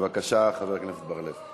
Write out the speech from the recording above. בבקשה, חבר הכנסת בר-לב.